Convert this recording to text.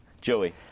Joey